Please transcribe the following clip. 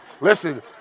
Listen